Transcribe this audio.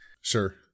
Sure